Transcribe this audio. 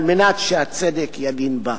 כדי שהצדק ילין בה.